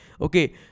okay